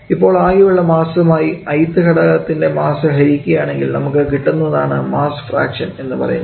ഇപ്പോൾ ആകെയുള്ള മാസുമായി ith ഘടക ത്തിൻറെ മാസ്സ് ഹരിക്കുകയാണെങ്കിൽ നമുക്ക് കിട്ടുന്നതാണ് മാസ്സ് ഫ്രാക്ഷൻ എന്ന് പറയുന്നത്